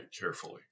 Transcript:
carefully